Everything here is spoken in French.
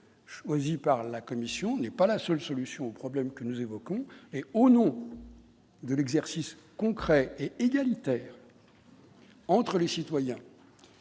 Choisi par la commission n'est pas la seule solution aux problèmes que nous évoquons, et au nom de l'exercice concret et égalitaire. Entre les citoyens